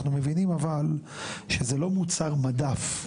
אנחנו מבינים אבל שזה לא מוצר מדף.